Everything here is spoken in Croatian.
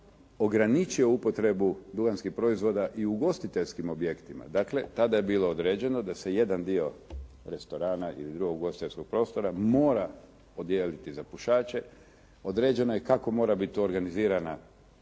ograničio upotrebu duhanskih proizvoda i u ugostiteljskim objektima. Dakle, tada je bilo određeno da se jedan dio restorana ili drugog ugostiteljskog prostora mora odijeliti za pušače, određeno je kako mora biti to organizirana